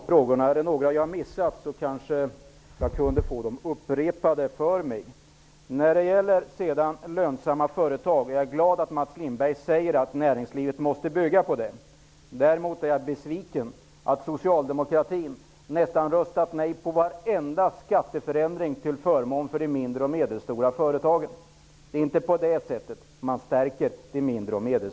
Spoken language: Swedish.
Fru talman! Jag trodde att jag hade svarat på frågorna. Om jag har missat några kanske jag kan få dem upprepade för mig. Jag är glad att Mats Lindberg sade att näringslivet måste bygga på lönsamma företag. Däremot är jag besviken över att socialdemokratin har röstat nej till nästan varenda skatteförändring till förmån för de mindre och medelstora företagen. Det är inte så man stärker dem.